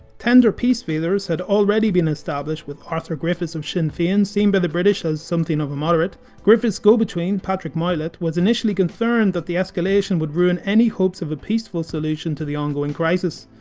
tender peace feelers had already been established with arthur griffith of sinn fein, seen by the british as something of a moderate. griffith's go-between, patrick moylett, was initially concerned that the escalation would ruin any hopes of a peaceful solution to the ongoing crisis.